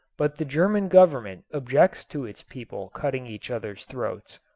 but the german government objects to its people cutting each other's throats.